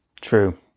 True